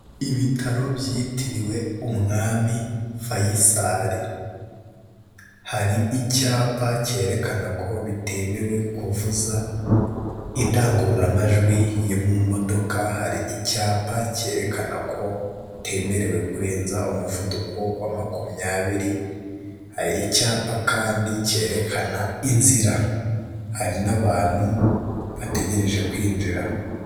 Ibitaro byitiriwe Umwami Faisal, hari icyapa cyerekana ko bitemewe kuvuza indangururamajwi yo mu modoka, hari icyapa cyerekana ko utemerewe kurenza umuvuduko wa makumyabiri, hari icyapa kandi cyerekana inzira, hari n'abantu bategereje kwinjira.